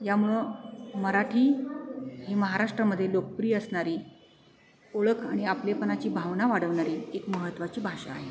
यामुळं मराठी ही महाराष्ट्रामध्ये लोकप्रिय असणारी ओळख आणि आपलेपणाची भावना वाढवणारी एक महत्वाची भाषा आहे